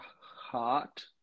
heart